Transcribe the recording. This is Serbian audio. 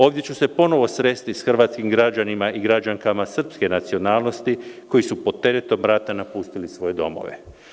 Ovdje ću se ponovo sresti sa hrvatskim građanima i građankama srpske nacionalnosti koji su pod teretom rata napustili svoje domove.